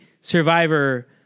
survivor